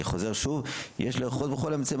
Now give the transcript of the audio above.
אני חוזר שוב: יש לאחוז בכל האמצעים